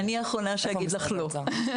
אני האחרונה שאגיד לך לא.